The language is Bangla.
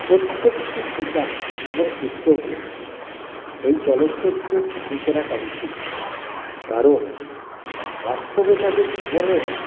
প্রত্যেকটি পিতা এবং পুত্রকে এই চলচ্চিত্রটি দেখে রাখা উচিৎ কারণ বাস্তবে তাদের জীবনেও